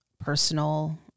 personal